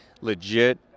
legit